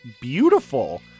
beautiful